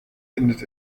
findet